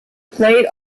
plate